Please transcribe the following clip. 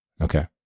Okay